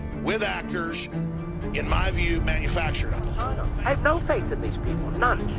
with actors in my view, manufactured. kind of i have no faith in these